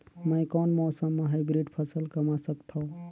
मै कोन मौसम म हाईब्रिड फसल कमा सकथव?